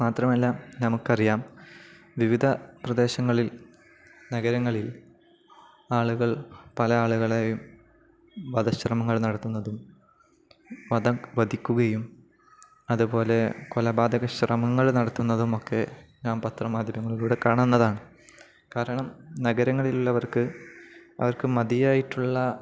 മാത്രമല്ല നമുക്കറിയാം വിവിധ പ്രദേശങ്ങളിൽ നഗരങ്ങളിൽ ആളുകൾ പല ആളുകളെയും വധശ്രമങ്ങൾ നടത്തുന്നതും വധിക്കുകയും അതുപോലെ കൊലപാതകശ്രമങ്ങൾ നടത്തുന്നതുമൊക്കെ നാം പത്രമാധ്യമങ്ങളിലൂടെ കാണുന്നതാണ് കാരണം നഗരങ്ങളിലുള്ളവർക്ക് അവർക്കു മതിയായിട്ടുള്ള